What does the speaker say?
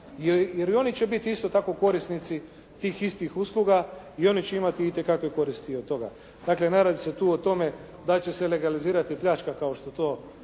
Jer i oni će biti isto tako korisnici tih istih usluga i oni će imati itekakve koristi od toga. Dakle, ne radi se tu o tome da će se legalizirati pljačka kao što to